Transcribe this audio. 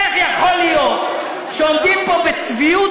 איך יכול להיות שעומדים פה בצביעות